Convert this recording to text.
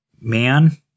Man